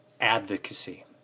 advocacy